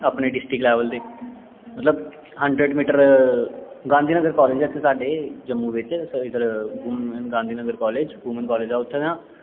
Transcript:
अपने district level दे मतलब hundred metre Gandhi Nagar college ऐ साढ़े इत्थें जम्मू बिच्च इद्धर Gandhi Nagar college woman college ऐ उत्थें ना